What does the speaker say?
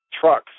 trucks